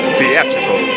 Theatrical